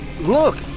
Look